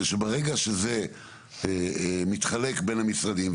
שברגע שזה מתחלק בין המשרדים,